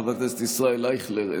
חבר הכנסת יבגני סובה,